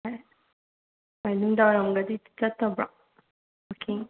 ꯍꯣꯏ ꯅꯨꯡꯗꯥꯡ ꯋꯥꯏꯔꯝꯒꯗꯤ ꯆꯠꯇꯕ꯭ꯔꯣ ꯋꯥꯛꯀꯤꯡ